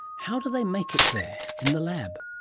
how do they make it there in the lab?